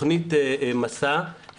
בתוכנית מסע,